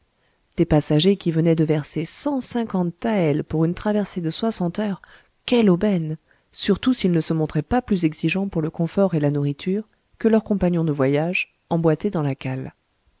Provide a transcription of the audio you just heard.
des passagers qui venaient de verser cent cinquante taëls pour une traversée de soixante heures quelle aubaine surtout s'ils ne se montraient pas plus exigeants pour le confort et la nourriture que leurs compagnons de voyage emboîtés dans la cale